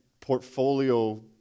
portfolio